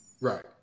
Right